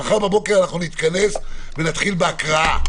מחר בבוקר אנחנו נתכנס ונתחיל בהקראה.